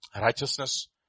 Righteousness